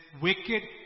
wicked